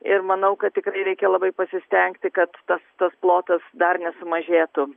ir manau kad tikrai reikia labai pasistengti kad tas plotas dar nesumažėtų